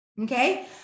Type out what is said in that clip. okay